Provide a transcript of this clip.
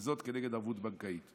וזאת כנגד ערבות בנקאית.